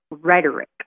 rhetoric